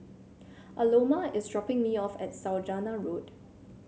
Aloma is dropping me off at Saujana Road